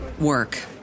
work